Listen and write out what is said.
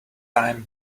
time